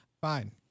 Fine